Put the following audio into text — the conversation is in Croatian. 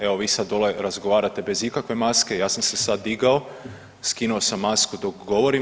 Evo vi sad dole razgovarate bez ikakve maske, ja sam se sad digao, skinuo sam masku dok govorim.